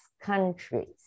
countries